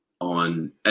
on